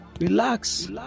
Relax